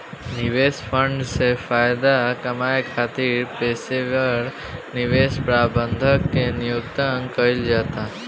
निवेश फंड से फायदा कामये खातिर पेशेवर निवेश प्रबंधक के नियुक्ति कईल जाता